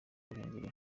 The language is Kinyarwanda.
ruhengeri